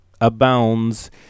abounds